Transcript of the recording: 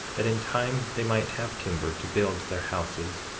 that in time they might have timber to build their houses,